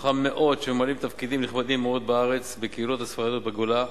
מתוכם מאות שממלאים תפקידים נכבדים מאוד בארץ ובקהילות הספרדיות בגולה: